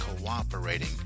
cooperating